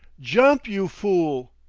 jump, you fool!